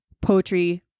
poetry